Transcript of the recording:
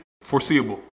foreseeable